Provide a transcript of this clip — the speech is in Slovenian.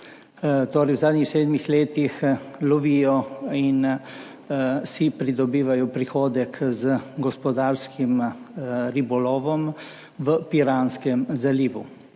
narodne skupnosti, lovijo in si pridobivajo prihodek z gospodarskim ribolovom v Piranskem zalivu.